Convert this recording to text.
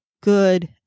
good